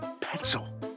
Pencil